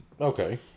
Okay